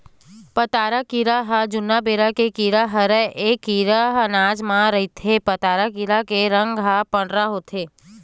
पताड़ा कीरा ह जुन्ना बेरा के कीरा हरय ऐ कीरा अनाज म रहिथे पताड़ा कीरा के रंग रूप ह पंडरा होथे